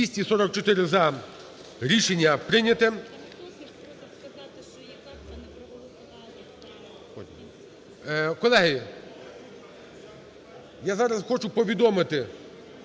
За-244 Рішення прийнято. Колеги, я зараз хочу повідомити.